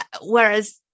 whereas